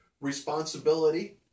responsibility